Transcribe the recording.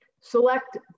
Select